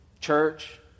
Church